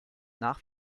nach